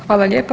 Hvala lijepa.